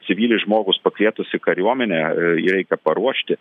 civilį žmogus pakvietus į kariuomenę jį reikia paruošti